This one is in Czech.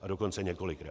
A dokonce několikrát.